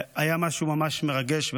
זה היה משהו ממש מרגש,